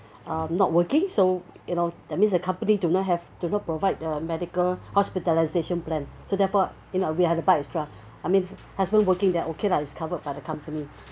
uh not working so you know that means the company do not have do not provide the medical hospitalisation plan so therefore you know we have to buy extra I mean husband working there okay lah is covered by the company